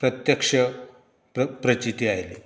प्रत्यक्ष प्रचिती आयली